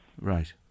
right